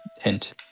hint